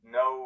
no